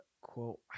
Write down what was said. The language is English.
quote